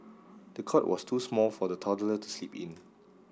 the cot was too small for the toddler to sleep in